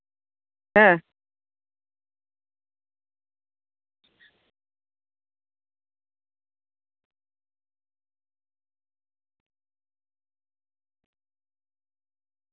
ᱦᱮᱸ